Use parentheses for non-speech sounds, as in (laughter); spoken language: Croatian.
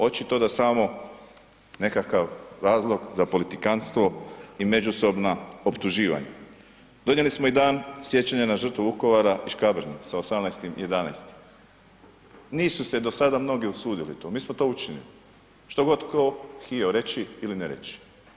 Očito da samo nekakav razlog za politikantstvo i međusobna optuživanja. ... (unintelligible) dan sjećanja na žrtvu Vukovara i Škabrnje sa 18.11., nisu se do sada mnogi usudili to, mi smo to učinili, što god tko htio reći ili ne reći.